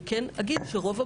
אני אגיד שרובם